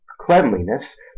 cleanliness